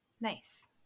Nice